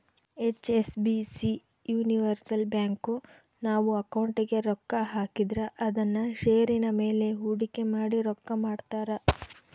HSBC universal bank, ನಾವು ಅಕೌಂಟಿಗೆ ರೊಕ್ಕ ಹಾಕಿದ್ರ ಅದುನ್ನ ಷೇರಿನ ಮೇಲೆ ಹೂಡಿಕೆ ಮಾಡಿ ರೊಕ್ಕ ಮಾಡ್ತಾರ